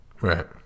right